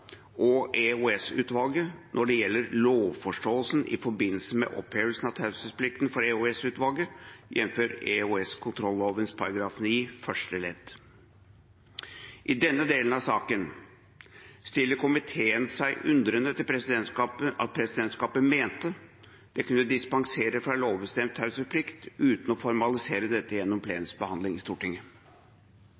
og EOS-utvalget når det gjelder lovforståelsen i forbindelse med opphevelsen av taushetsplikten for EOS-utvalget, jf. EOS-kontrolloven § 9 første ledd. I denne delen av saken stiller komiteen seg undrende til at presidentskapet mente det kunne dispensere fra lovbestemt taushetsplikt uten å formalisere dette gjennom